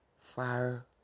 fire